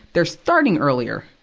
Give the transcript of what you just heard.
they're starting earlier.